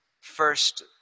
first